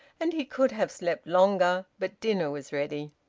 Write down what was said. and he could have slept longer, but dinner was ready.